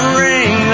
ring